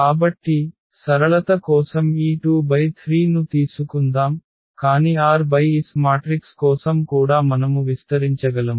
కాబట్టి సరళత కోసం ఈ 2×3 ను తీసుకుందాం కాని r × s మాట్రిక్స్ కోసం కూడా మనము విస్తరించగలము